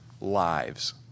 lives